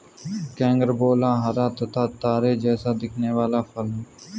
carambola हरा तथा तारे जैसा दिखने वाला फल है